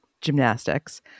gymnastics